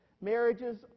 Marriages